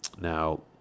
now